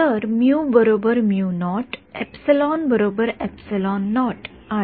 तर आणि